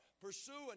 pursuing